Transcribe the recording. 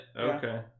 Okay